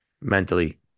mentally